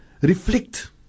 reflect